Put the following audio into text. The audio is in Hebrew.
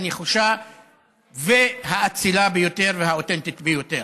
הנחושה והאצילה ביותר והאותנטית ביותר.